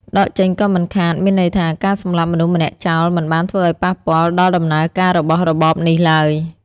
«ដកចេញក៏មិនខាត» មានន័យថា ការសម្លាប់មនុស្សម្នាក់ចោល មិនបានធ្វើឱ្យប៉ះពាល់ដល់ដំណើរការរបស់របបនេះឡើយ។